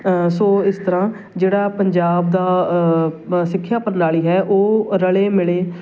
ਸੋ ਇਸ ਤਰ੍ਹਾਂ ਜਿਹੜਾ ਪੰਜਾਬ ਦਾ ਬ ਸਿੱਖਿਆ ਪ੍ਰਣਾਲੀ ਹੈ ਉਹ ਰਲੇ ਮਿਲੇ